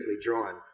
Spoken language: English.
drawn